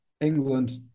England